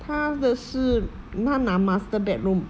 她的是她拿 master bedroom